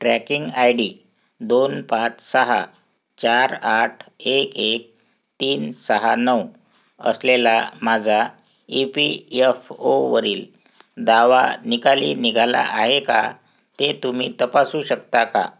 tracking I D दोन पाच सहा चार आठ एक एक तीन सहा नऊ असलेला माझा ई पी यफ ओवरील दावा निकाली निघाला आहे का ते तुम्ही तपासू शकता का